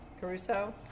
Caruso